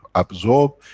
absorb,